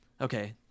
Okay